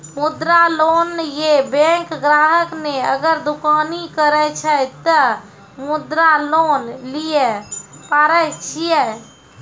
मुद्रा लोन ये बैंक ग्राहक ने अगर दुकानी करे छै ते मुद्रा लोन लिए पारे छेयै?